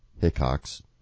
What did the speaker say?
Hickox